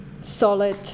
solid